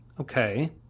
Okay